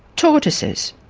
tortoises,